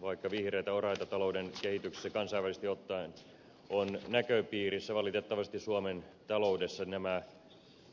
vaikka vihreitä oraita talouden kehityksessä kansainvälisesti ottaen on näköpiirissä valitettavasti suomen taloudessa nämä